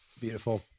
Beautiful